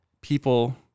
people